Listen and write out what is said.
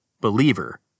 believer